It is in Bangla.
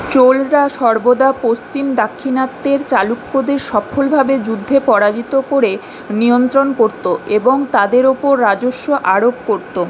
চোলরা সর্বদা পশ্চিম দাক্ষিণাত্যের চালুক্যদের সফলভাবে যুদ্ধে পরাজিত করে নিয়ন্ত্রণ করত এবং তাদের ওপর রাজস্ব আরোপ করত